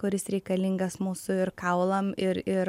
kuris reikalingas mūsų ir kaulam ir ir